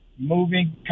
Moving